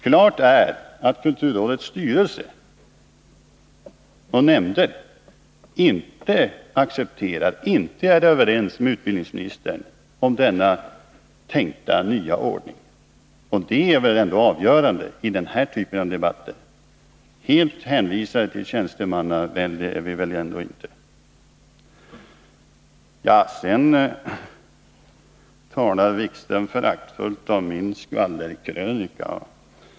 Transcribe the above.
Klart är att kulturrådets styrelse och nämnder inte är överens med utbildningsministern om denna tänkta nya ordning, och det är väl ändå avgörande i den här typen av debatter. Helt hänvisade till tjänstemannavälde är vi väl ändå inte! Jan-Erik Wikström talade föraktfullt om min skvallerkrönika.